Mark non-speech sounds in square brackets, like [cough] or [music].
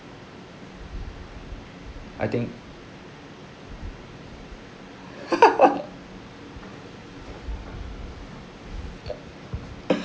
I think [laughs]